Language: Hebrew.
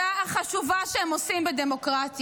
החשובה באמת שהם עושים בדמוקרטיה.